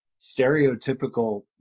stereotypical